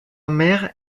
mère